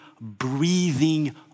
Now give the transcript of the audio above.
breathing